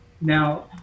Now